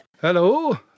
Hello